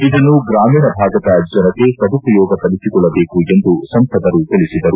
ಇದನ್ನು ಗ್ರಾಮೀಣ ಭಾಗದ ಜನತೆ ಸದುಪಯೋಗ ಪಡಿಸಿಕೊಳ್ಳಬೇಕೆಂದು ಸಂಸದರು ತಿಳಿಸಿದರು